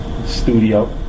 studio